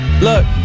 look